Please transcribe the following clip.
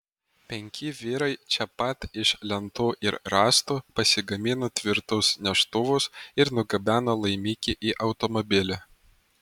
penki vyrai čia pat iš lentų ir rąstų pasigamino tvirtus neštuvus ir nugabeno laimikį į automobilį